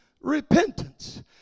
repentance